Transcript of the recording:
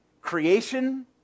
creation